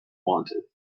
wanted